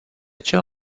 cel